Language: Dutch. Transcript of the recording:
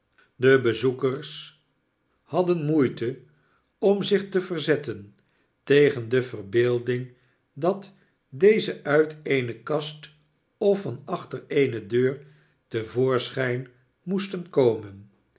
de bezoekers hadden moeite om zich te verzetten tegen de verbeelding dat deze uit eene kast of van achter eene deur te voorschijn moesten komen